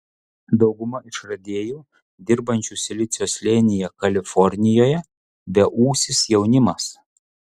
dauguma išradėjų dirbančių silicio slėnyje kalifornijoje beūsis jaunimas